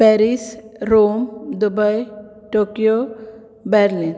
Paris Rome Dubai Tokyo Berlin